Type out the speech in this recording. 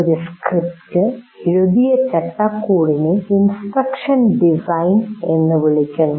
ഒരു സ്ക്രിപ്റ്റ് എഴുതിയ ചട്ടക്കൂടിനെ ഇൻസ്ട്രക്ഷൻ ഡിസൈൻ എന്ന് വിളിക്കുന്നു